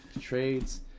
Trades